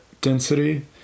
density